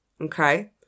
Okay